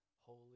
holy